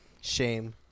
Shame